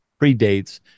predates